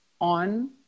on